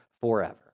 forever